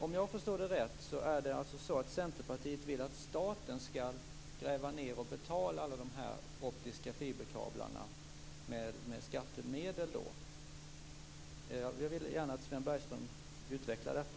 Om jag förstår det rätt vill Centerpartiet att staten skall gräva ned och betala de optiska fiberkablarna med skattemedel. Jag vill gärna att Sven Bergström utvecklar detta.